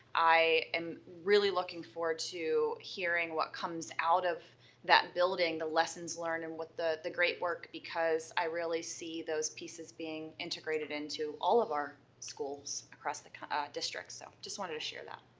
i am really looking forward to hearing what comes out of that building. the lessons learned, and what the the great work, because i really see those pieces being integrated into all of our schools across the district. so i just wanted to share that.